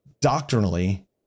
doctrinally